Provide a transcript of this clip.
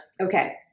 Okay